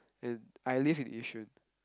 and I live in Yishun